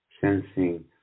sensing